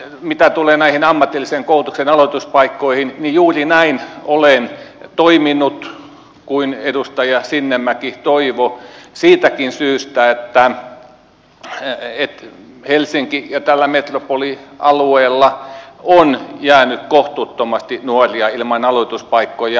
mitä tulee näihin ammatillisen koulutuksen aloituspaikkoihin niin juuri näin olen toiminut kuin edustaja sinnemäki toivoi siitäkin syystä että helsingissä ja tällä metropolialueella on jäänyt kohtuuttomasti nuoria ilman aloituspaikkoja